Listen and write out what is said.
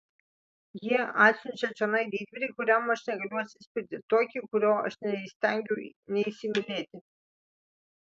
jie atsiunčia čionai didvyrį kuriam aš negaliu atsispirti tokį kurio aš neįstengiu neįsimylėti